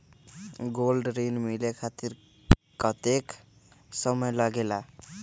Gold ऋण मिले खातीर कतेइक समय लगेला?